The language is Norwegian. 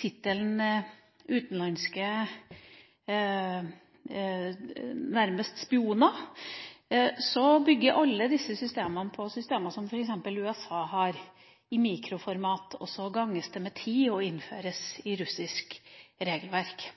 tittelen utenlandske spioner, bygger alle disse systemene på systemer som f.eks. USA har i mikroformat, og så ganges det med ti og innføres i russisk regelverk.